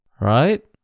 Right